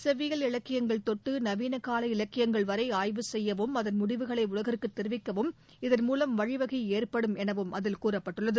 செவ்வியல் இலக்கியங்கள் தொட்டு நவீனகால இலக்கியங்கள்வரை ஆய்வு செய்யவும் அதன் முடிவுகளை உலகிற்கு தெரிவிக்கவும் இதன் மூலம் வழிவகை ஏற்படும் எனவும் அதில் கூறப்பட்டுள்ளது